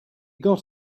got